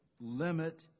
limit